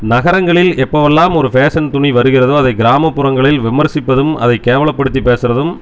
நகரங்களில் எப்போவெல்லாம் ஒரு ஃபேஷன் துணி வருகிறதோ அதை கிராமப்புரங்களில் விமர்சிப்பதும் அதை கேவலப்படுத்தி பேசுகிறதும்